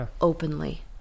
openly